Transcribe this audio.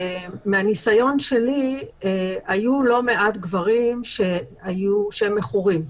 מהניסיון שלי היו לא מעט גברים שהם מכורים.